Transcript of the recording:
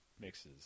mixes